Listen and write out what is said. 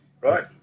right